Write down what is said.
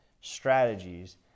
strategies